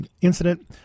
incident